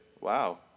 Wow